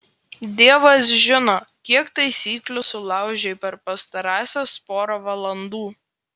dievas žino kiek taisyklių sulaužei per pastarąsias porą valandų